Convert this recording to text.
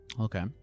Okay